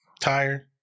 tire